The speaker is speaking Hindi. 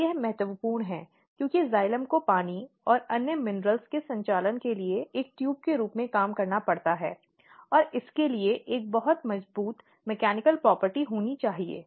और यह महत्वपूर्ण है क्योंकि जाइलम को पानी और अन्य खनिजों के संचालन के लिए एक ट्यूब के रूप में काम करना पड़ता है और इसके लिए एक बहुत मजबूत यांत्रिक संपत्ति होनी चाहिए